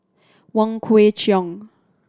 Wong Kwei Cheong